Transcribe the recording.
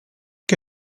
che